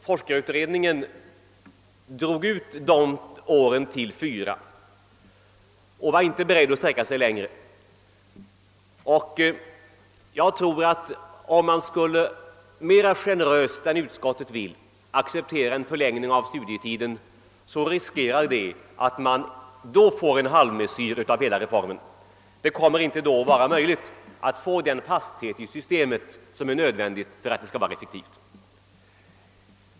Forskarutredningen drog ut tiden till fyra år men var inte beredd att sträcka sig längre. Om man skulle vara mer generös än utskottet vill vara och acceptera en förlängning av studietiden, tror jag att man riskerar att göra en halvmesyr av hela reformen. Det blir då inte möjligt att åstadkomma den fasthet i systemet som är nödvändig för att det skall fungera effektivt.